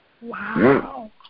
Wow